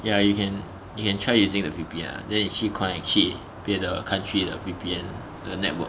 ya you can you can try using the V_P_N ah then 你去 connect 去别的 country 的 V_P_N the network